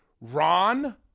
Ron